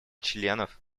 членов